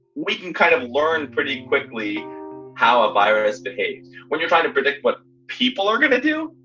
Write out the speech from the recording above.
we can kind of learn pretty quickly how a virus behaves when you're trying to predict what people are going to do.